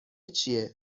چیه